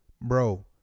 Bro